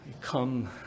come